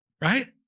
right